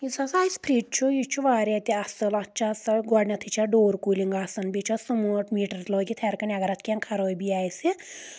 یُس ہسا أسۍ فرج چھُ یہِ چھُ واریاہ تہِ اَصٕل اَتھ چھِ آسان گۄڈنؠتھٕے چھِ اَتھ ڈور کوٗلِنٛگ آسان بیٚیہِ چھُ سٔماٹ میٖٹر لٲگِتھ ہؠر کنہِ اگر اَتھ کینٛہہ خرٲبی آسہِ